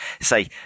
say